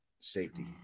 safety